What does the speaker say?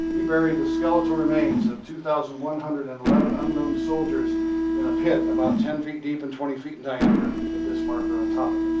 he buried the skeletal remains of two thousand one hundred and eleven unknown soldiers in a pit about ten feet deep and twenty feet in diameter. and put this marker on top of